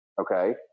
Okay